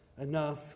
enough